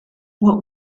what